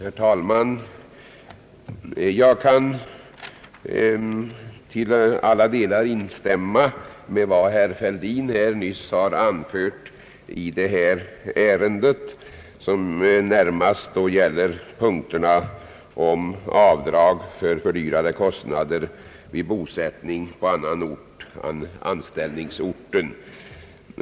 Herr talman! Jag kan till alla delar instämma i vad herr Fälldin nyss har anfört i detta ärende när det gäller punkten om avdrag för fördyrade kostnader vid bosättning på annan ort än anställningsorten.